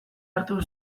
hartu